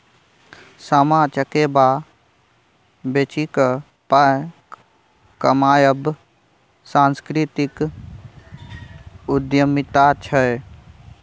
सामा चकेबा बेचिकेँ पाय कमायब सांस्कृतिक उद्यमिता छै